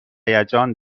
هیجان